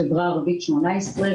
מן החברה הערבית 18 עובדים,